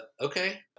okay